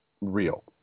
real